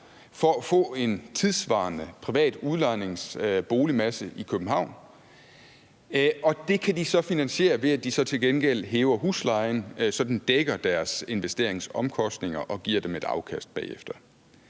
for at få en tidssvarende privat udlejningsboligmasse i København. Og det kan de så finansiere ved, at de så til gengæld hæver huslejen, så den dækker deres investeringsomkostninger og giver dem et afkast bagefter.